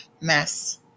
mess